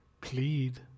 plead